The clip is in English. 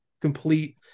complete